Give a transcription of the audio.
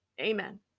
Amen